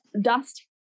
Dust